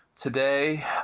Today